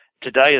today